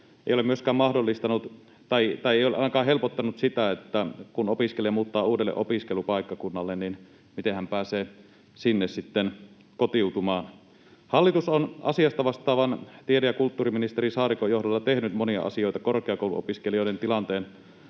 ei ole myöskään ainakaan helpottanut sitä, että kun opiskelija muuttaa uudelle opiskelupaikkakunnalle, miten hän pääsee sinne sitten kotiutumaan. Hallitus on asiasta vastaavan tiede‑ ja kulttuuriministeri Saarikon johdolla tehnyt monia asioita korkeakouluopiskelijoiden tilanteen